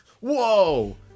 whoa